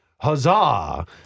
Huzzah